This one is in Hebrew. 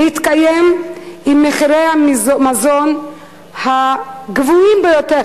להתקיים עם מחירי המזון הגבוהים ביותר